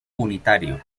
unitario